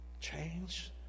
Change